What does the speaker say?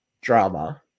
drama